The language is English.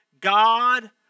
God